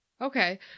Okay